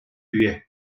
üye